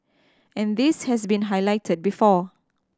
and this has been highlighted before